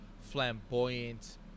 flamboyant